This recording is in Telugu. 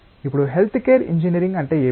ఇప్పుడు హెల్త్ కేర్ ఇంజనీరింగ్ అంటే ఏమిటి